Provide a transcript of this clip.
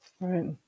Right